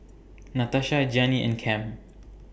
Natasha Gianni and Cam